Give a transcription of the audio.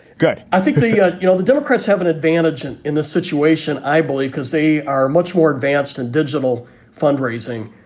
good. i think the yeah you know, the democrats have an advantage and in this situation, i believe, because they are much more advanced in digital fundraising,